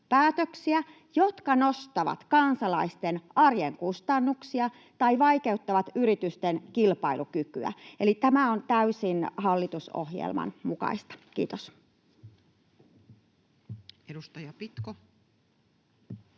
jotka nostavat kansalaisten arjen kustannuksia tai vaikeuttavat yritysten kilpailukykyä, eli tämä on täysin hallitusohjelman mukaista. — Kiitos. [Speech 224]